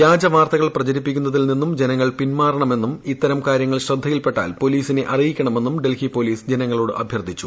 വ്യാജവാർത്തകൾ പ്രചരിപ്പിക്കുന്നതിൽ നിന്നും ജനങ്ങൾ പിന്മാറണമെന്നും ഇത്തരം കാര്യങ്ങൾ ശ്രദ്ധയിൽപ്പെട്ടാൽ പോലീസിനെ അറിയിക്കണമെന്നും ഡൽഹി പോലീസ് ജനങ്ങളോട് ് അഭ്യർത്ഥിച്ചു